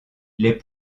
les